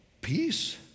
peace